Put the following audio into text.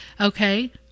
Okay